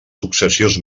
successius